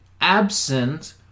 absent